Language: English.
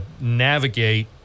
navigate